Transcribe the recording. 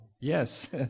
yes